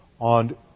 on